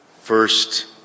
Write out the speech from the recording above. first